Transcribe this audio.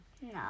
No